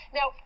Now